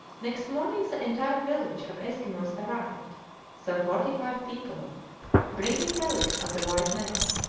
next morning the entire village of eskimos arrived some forty-five people bringing relics of the white men.